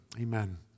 amen